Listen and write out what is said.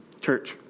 Church